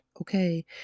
okay